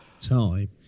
time